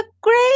great